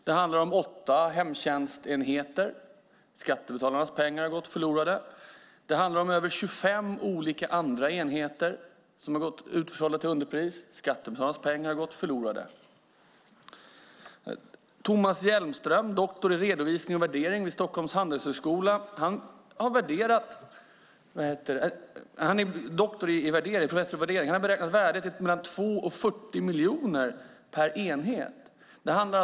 Det handlar om åtta hemtjänstsenheter. Skattebetalarnas pengar har gått förlorade. Det handlar om över 25 olika andra enheter som sålts ut till underpris. Skattebetalarnas pengar har gått förlorade. Tomas Hjelström, doktor i företagsvärdering vid Stockholms handelshögskola har beräknat värdet till 2-40 miljoner per enhet.